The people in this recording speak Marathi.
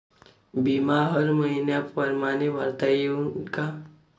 बिमा हर मइन्या परमाने भरता येऊन का?